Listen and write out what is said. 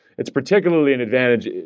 it's particularly an advantage